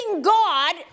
God